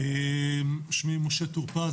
שמי משה טור-פז,